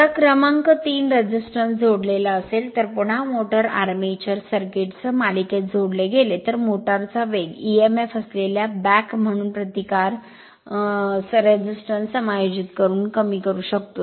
आता क्रमांक 3 प्रतिकार जोडलेला असेल तर पुन्हा मोटर आर्मेचर सर्किट सह मालिकेत जोडले गेले तर मोटर चा वेग emf असलेल्या बॅक म्हणून प्रतिकार समायोजित करून कमी करू शकतो